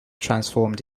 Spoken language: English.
transformed